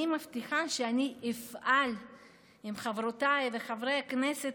אני מבטיחה שאני אפעל עם חברותיי וחברי הכנסת